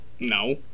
no